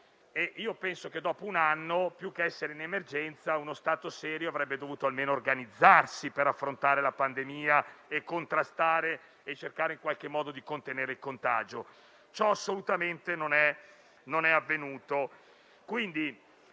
io penso che dopo un anno più che essere in emergenza uno Stato serio avrebbe dovuto almeno organizzarsi per affrontare la pandemia, contrastare e cercare di contenere il contagio. Ciò non è avvenuto